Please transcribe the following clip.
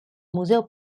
museo